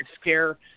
scare